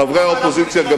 חברי האופוזיציה.